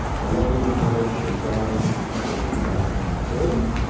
i love doing comics and drawing, i can't really see that paying my bills.